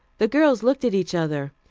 the girls looked at each other.